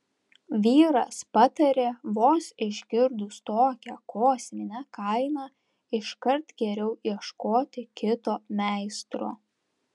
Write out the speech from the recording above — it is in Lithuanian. vyras patarė vos išgirdus tokią kosminę kainą iškart geriau ieškoti kito meistro